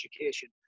education